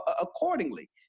accordingly